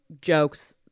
jokes